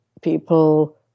people